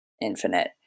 infinite